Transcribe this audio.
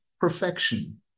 perfection